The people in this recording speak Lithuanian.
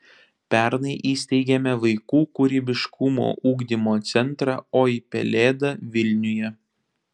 pernai įsteigėme vaikų kūrybiškumo ugdymo centrą oi pelėda vilniuje